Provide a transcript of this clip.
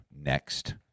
next